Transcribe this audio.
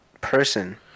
person